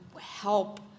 help